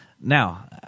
Now